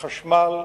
חשמל,